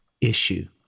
issue